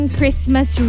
Christmas